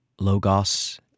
Logos